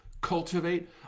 cultivate